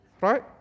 right